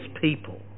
people